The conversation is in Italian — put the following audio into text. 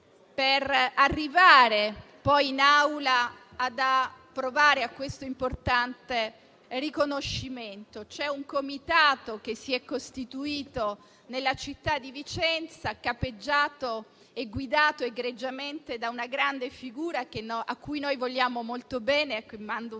per arrivare in Aula ad approvare un tale importante riconoscimento. C'è un comitato che si è costituito nella città di Vicenza, capeggiato e guidato egregiamente da una grande figura, a cui noi vogliamo molto bene e alla quale mando un saluto